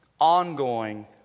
ongoing